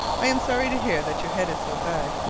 i am sorry to hear that your head is so bad,